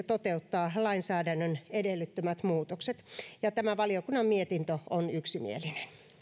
toteuttaa lainsäädännön edellyttämät muutokset tämä valiokunnan mietintö on yksimielinen